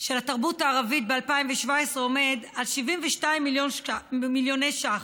של התרבות הערבית ב-2017 עומד על 72 מיליון ש"ח.